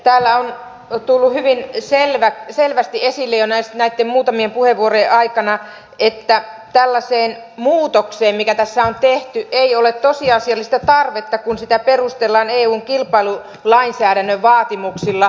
täällä on tullut hyvin selvästi esille jo näitten muutamien puheenvuorojen aikana että tällaiseen muutokseen mikä tässä on tehty ei ole tosiasiallista tarvetta kun sitä perustellaan eun kilpailulainsäädännön vaatimuksilla